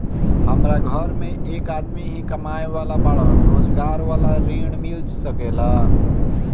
हमरा घर में एक आदमी ही कमाए वाला बाड़न रोजगार वाला ऋण मिल सके ला?